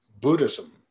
Buddhism